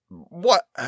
What